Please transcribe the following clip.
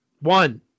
One